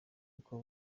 uko